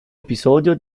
episodio